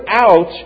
out